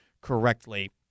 correctly